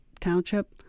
township